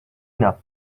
enough